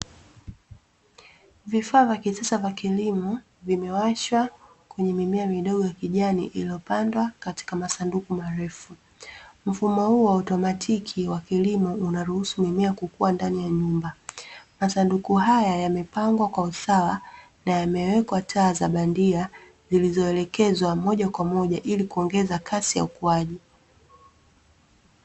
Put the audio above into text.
Vifaa vya kisasa vya kilimo viimefaa kwa ajili kwenye masanduku marefu mfumo huo otimatiki wa kilimo unaruhusu mmea kukua ndani ya nyumba